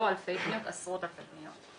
לא אלפי פניות אלא עשרות אלפי פניות.